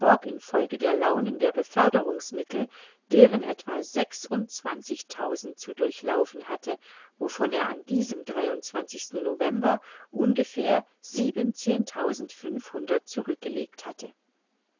folge der launen der beförderungsmittel deren etwa sechsundzwanzigtausend zu durchlaufen hatte wovon er an diesem november ungefähr siebenzehntausendfünfhundert zurückgelegt hatte